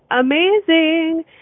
Amazing